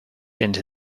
into